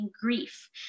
grief